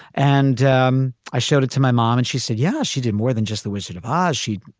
and um i showed it to my mom and she said, yeah, she did more than just the wizard of oz. she.